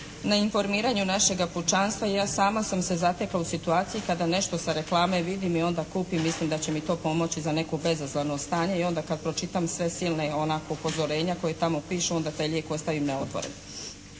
na informiranju našega pučanstva. I ja sama sam se zatekla u situaciji kada nešto sa reklame vidim i onda kupim, mislim da će mi to pomoći za neko bezazleno stanje i onda kad pročitam sve silne ona upozorenja koja tamo pišu onda taj lijek ostavim neotvoren.